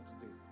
today